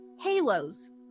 halos